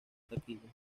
taquilla